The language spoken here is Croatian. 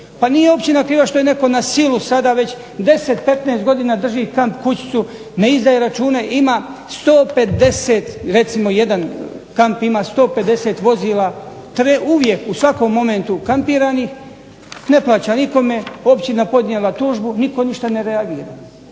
Pa nije općina kriva što je netko na silu sada već 10, 15 godina drži kamp-kućicu, ne izdaje račune, ima 150 recimo jedan kamp ima 150 vozila uvijek u svakom momentu ukampiranih, ne plaća nikome, općina podnijela tužbu nitko ništa ne reagira.